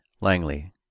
Langley